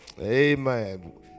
amen